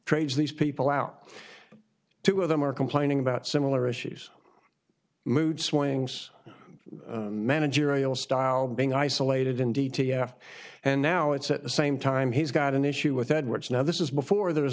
trades these people out two of them are complaining about similar issues moodswings managerial style being isolated in d t f and now it's at the same time he's got an issue with edwards now this is before there was